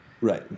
Right